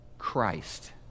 Christ